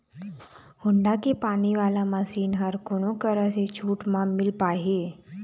Honda के पानी वाला मशीन हर कोन करा से छूट म मिल पाही?